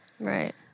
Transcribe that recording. Right